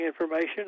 information